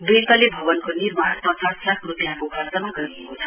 दुई तले भवनको निर्माण पचास लाख रूपियाँको खर्चमा गरिएको छ